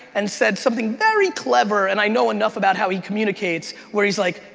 and said something very clever and i know enough about how he communicates where he's like,